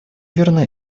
верны